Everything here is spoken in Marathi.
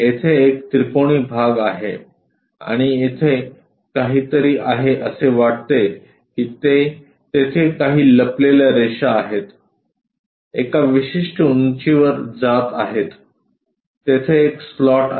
येथे एक त्रिकोणी भाग आहे आणि तेथे काहीतरी आहे असे वाटते की तेथे काही लपलेल्या रेषा आहेत एका विशिष्ट उंचीवर जात आहेत तेथे एक स्लॉट आहे